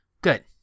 Good